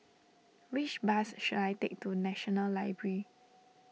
which bus should I take to National Library